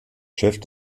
chef